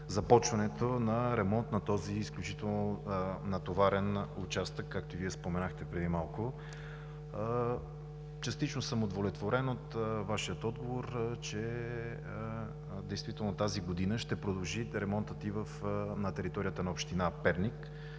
започването на ремонт на този изключително натоварен участък, както и Вие споменахте преди малко. Частично съм удовлетворен от Вашия отговор, че действително тази година ще продължите ремонта и на територията на община Перник,